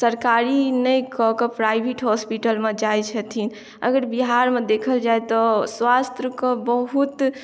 सरकारी नहि कऽ कऽ प्राइवेट हॉस्पिटल मे जाइ छथिन अगर बिहारमे देखल जाय तऽ स्वास्थ्यक बहुत